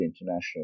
international